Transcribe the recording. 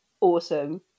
awesome